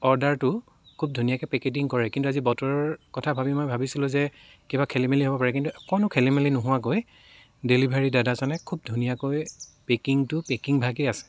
অৰ্ডাৰটো খুব ধুনীয়াকৈ পেকেটিং কৰে কিন্তু আজি বতৰৰ কথা ভাবি মই ভাবিছিলোঁ যে কিবা খেলি মেলি হ'ব পাৰে কিন্তু অকণো খেলি মেলি নোহোৱাকৈ ডেলিভাৰী দাদাজনে খুব ধুনীয়াকৈ পেকিংটো পেকিংভাগেই আছে